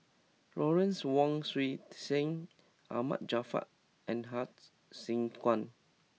Lawrence Wong Shyun Tsai Ahmad Jaafar and Hsu Tse Kwang